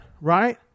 right